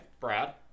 Brad